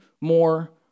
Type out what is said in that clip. more